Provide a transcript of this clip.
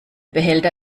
behälter